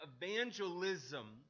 Evangelism